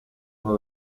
uno